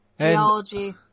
Geology